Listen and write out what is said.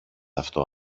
αυτό